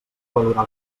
valorar